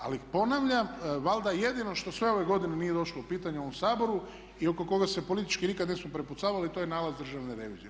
Ali ponavljam, valjda je jedino što sve ove godine nije došlo u pitanje u ovom Saboru i oko koga se politički nikad nismo prepucavali to je nalaz Državne revizije.